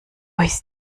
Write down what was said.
ist